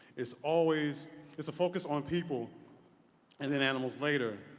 it's always it's a focus on people and then animals later.